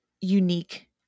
unique